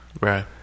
Right